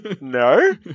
no